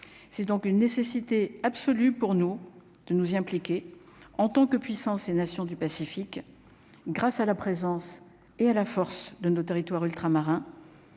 c'est donc une nécessité absolue pour nous de nous impliquer en tant que puissance et nations du Pacifique, grâce à la présence et à la force de nos territoires ultramarins